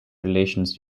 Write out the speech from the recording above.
relations